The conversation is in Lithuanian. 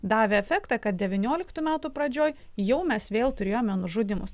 davė efektą kad devynioliktų metų pradžioj jau mes vėl turėjome nužudymus